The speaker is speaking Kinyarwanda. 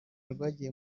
rwagiye